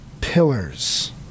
pillars